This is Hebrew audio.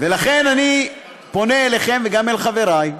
ולכן אני פונה אליכם, וגם אל חברי,